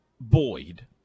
Boyd